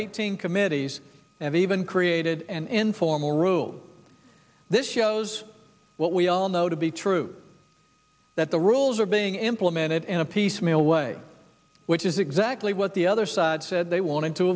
eighteen committees have even created an informal rule this shows what we all know to be true that the rules are being implemented in a piecemeal way which is exactly what the other side said they wanted to